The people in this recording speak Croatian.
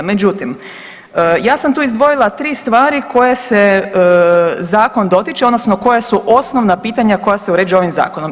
Međutim ja sam tu izdvojila tri stvari koje se zakon dotiče, odnosno koja su osnovna pitanja koja se uređuju ovim zakonom.